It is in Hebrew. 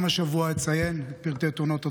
גם השבוע אציין את פרטי תאונות הדרכים,